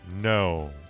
No